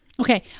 Okay